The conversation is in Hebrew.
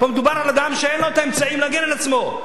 פה מדובר על אדם שאין לו האמצעים להגן על עצמו.